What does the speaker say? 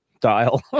dial